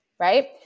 right